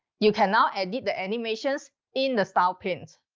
you can now edit the animations in the style panes.